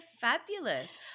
fabulous